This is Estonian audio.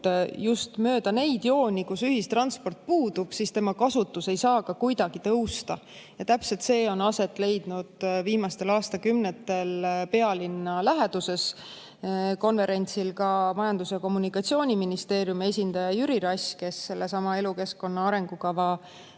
just mööda neid jooni, kus ühistransport puudub, siis tema kasutus ei saa ka kuidagi tõusta. Ja täpselt see on aset leidnud viimastel aastakümnetel pealinna läheduses. Konverentsil ka Majandus- ja Kommunikatsiooniministeeriumi esindaja Jüri Rass, kes sellesama elukeskkonna arengukava